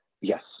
Yes